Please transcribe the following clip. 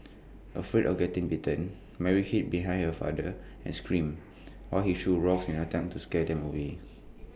afraid of getting bitten Mary hid behind her father and screamed while he threw rocks in an attempt to scare them away